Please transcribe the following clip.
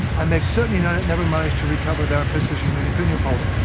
and they've certainly never managed to recover their position in the opinion polls,